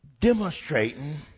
demonstrating